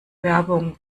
werbung